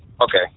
Okay